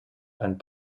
and